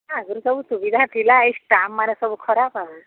ଆଗରୁ ସବୁ ସୁବିଧା ଥିଲା ଏଇ ଷ୍ଟାଫ୍ମାନେ ସବୁ ଖରାପ ଆଉ